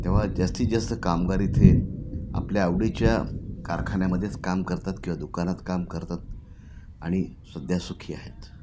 तेव्हा जास्तीत जास्त कामगार इथे आपल्या आवडीच्या कारखान्यामध्येच काम करतात किंवा दुकानात काम करतात आणि सध्या सुखी आहेत